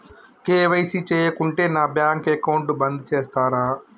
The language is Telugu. కే.వై.సీ చేయకుంటే నా బ్యాంక్ అకౌంట్ బంద్ చేస్తరా?